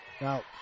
Now